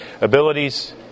abilities